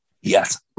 Yes